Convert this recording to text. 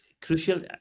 crucial